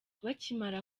bakimara